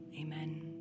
Amen